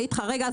בבקשה.